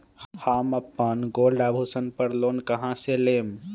हम अपन गोल्ड आभूषण पर लोन कहां से लेम?